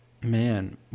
Man